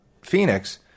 Phoenix